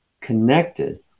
connected